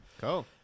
Cool